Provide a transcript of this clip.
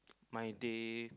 my day